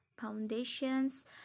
foundations